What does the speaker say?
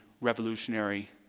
Revolutionary